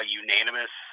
unanimous